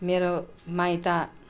मेरो माइत